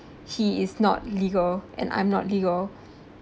he is not legal and I'm not legal